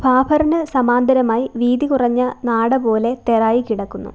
ഭാഭറിന് സമാന്തരമായി വീതി കുറഞ്ഞ നാട പോലെ തെറായ് കിടക്കുന്നു